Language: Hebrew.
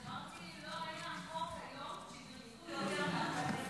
אמרתי שלא היה חוק היום שבירכו יותר מהחוק הזה.